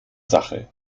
sache